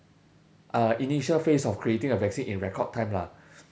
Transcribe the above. uh initial phase of creating a vaccine in record time lah